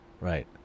Right